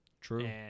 True